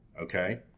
Okay